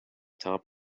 top